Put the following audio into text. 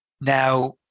Now